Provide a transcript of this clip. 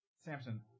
Samson